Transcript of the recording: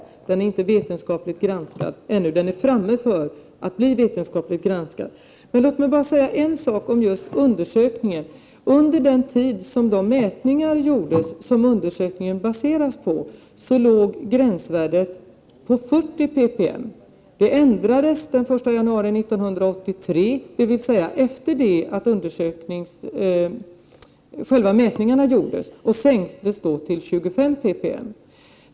Undersökningen är ännu inte vetenskapligt granskad, men den kommer att bli det inom en snar framtid. Under den tid som de mätningar gjordes som undersökningen baseras på låg gränsvärdet på 40 ppm. Den 1 januari 1983 — dvs. efter det att själva mätningarna gjordes — sänktes värdet till 25 ppm.